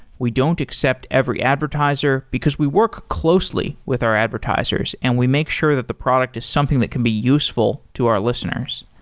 we don't accept every advertiser, because we work closely with our advertisers and we make sure that the product is something that can be useful to our listeners.